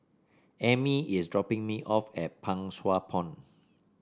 Emmie is dropping me off at Pang Sua Pond